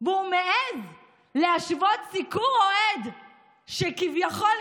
ומעז להשוות סיקור אוהד שכביכול,